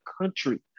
country